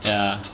ya